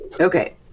Okay